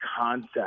concept